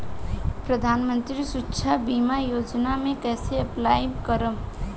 प्रधानमंत्री सुरक्षा बीमा योजना मे कैसे अप्लाई करेम?